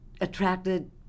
attracted